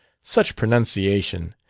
such pronunciation!